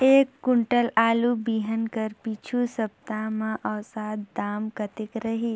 एक कुंटल आलू बिहान कर पिछू सप्ता म औसत दाम कतेक रहिस?